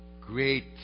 great